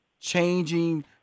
Changing